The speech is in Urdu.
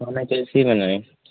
کھانا کیسی بنائیں